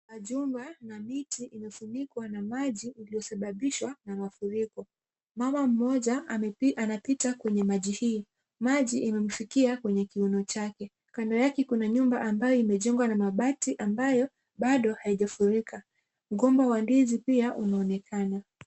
Majumba na miti imefunikwa na maji iliyosababishwa na mafuriko. Mama mmoja anapita kwenye maji hii. Maji imemfikia kwenye kiuno chake. Kando yake kuna nyumba ambayo imejengwa na mabati ambayo bado haijafurika. Mgomba wa ndizi pia unaonekana.